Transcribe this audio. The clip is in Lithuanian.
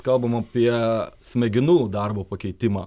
kalbam apie smegenų darbo pakeitimą